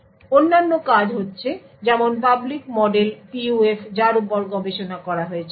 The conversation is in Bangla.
সুতরাং অন্যান্য কাজ হচ্ছে যেমন পাবলিক মডেল PUF যার উপর গবেষণা করা হয়েছে